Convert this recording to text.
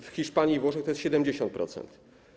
W Hiszpanii i we Włoszech to jest 70%.